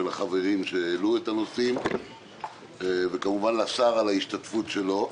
לחברים שהעלו את הנושאים וכמובן לשר על השתתפותו.